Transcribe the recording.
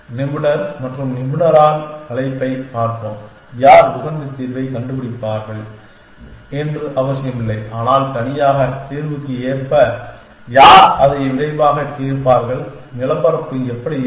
நிபுணர் மற்றும் நிபுணரால் அழைப்பைப் பார்ப்போம் யார் உகந்த தீர்வைக் கண்டுபிடிப்பார்கள் என்று அவசியமில்லை ஆனால் தனியாக தீர்வுக்கு ஏற்ப யார் அதை விரைவாக தீர்ப்பார்கள் நிலப்பரப்பு எப்படி இருக்கும்